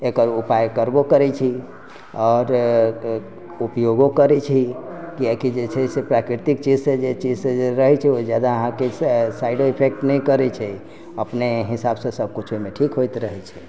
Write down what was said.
एकर ऊपाय करबो करै छी आओर ऊपयोगो करै छी कियाकी जे छै से प्राकृतिक चीज सँ जे रहै छै ओ अहाँके साइड ईफ़ेक्ट नहि करै छै अपने हिसाब सँ ओहिमे सबकुछ ठीक होइत रहै छै